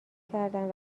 کردن